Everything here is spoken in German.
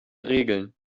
regeln